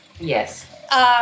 Yes